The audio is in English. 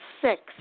six